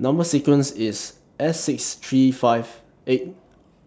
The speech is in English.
Number sequence IS S six three five eight